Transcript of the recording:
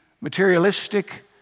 materialistic